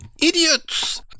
idiots